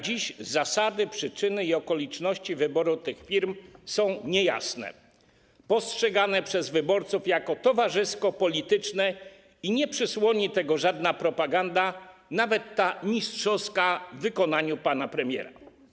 Dziś zasady, przyczyny i okoliczności wyboru tych firm są niejasne, postrzegane przez wyborców jako towarzysko-polityczne i nie przysłoni tego żadna propaganda, nawet ta mistrzowska w wykonaniu pana premiera.